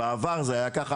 בעבר זה היה ככה,